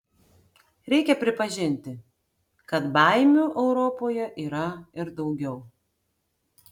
reikia pripažinti kad baimių europoje yra ir daugiau